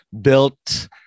built